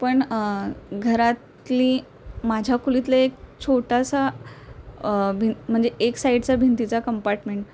पण घरातली माझ्याकुलीतले एक छोटासा भि म्हणजे एक साईडचा भिंतीचा कंपार्टमेंट